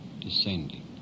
descending